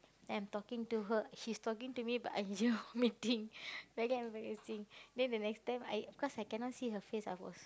then I'm talking to her she's talking to me but I vomiting very embarassing then the next time I cause I cannot see her face I was